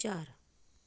चार